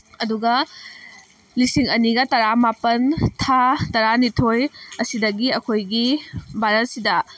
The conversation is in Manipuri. ꯑꯗꯨꯒ ꯂꯤꯁꯤꯡ ꯑꯅꯤꯒ ꯇꯔꯥ ꯃꯥꯄꯜ ꯊꯥ ꯇꯔꯥꯅꯤꯊꯣꯏ ꯑꯁꯤꯗꯒꯤ ꯑꯩꯈꯣꯏꯒꯤ ꯚꯥꯔꯠꯁꯤꯗ